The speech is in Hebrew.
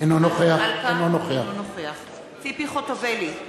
אינו נוכח ציפי חוטובלי,